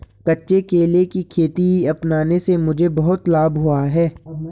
कच्चे केले की खेती अपनाने से मुझे बहुत लाभ हुआ है